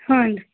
ಹ್ಞೂ ರೀ